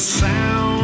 sound